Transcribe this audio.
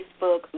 Facebook